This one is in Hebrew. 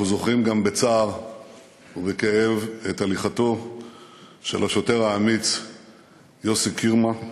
אנחנו זוכרים גם בצער ובכאב את הליכתו של השוטר האמיץ יוסי קירמה.